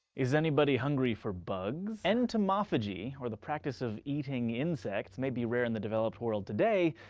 is anybody hungry for bugs? entomophagy, or the practice of eating insects, may be rare in the developed world today,